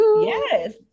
Yes